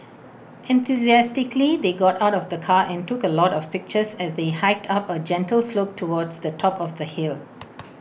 enthusiastically they got out of the car and took A lot of pictures as they hiked up A gentle slope towards the top of the hill